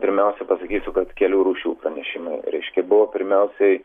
pirmiausia pasakysiu kad kelių rūšių pranešimai reiškia buvo pirmiausiai